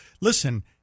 listen